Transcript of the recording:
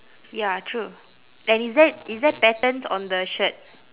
ya true and is there is there patterns on the shirt